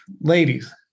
ladies